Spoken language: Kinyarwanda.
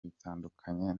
bitandukanye